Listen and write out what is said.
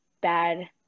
bad